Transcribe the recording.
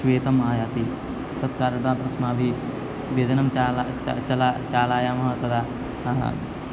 स्वेदः आयाति तत्कारणात् अस्माभिः व्यजनं चालय च चलाय चालयामः तदा